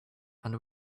and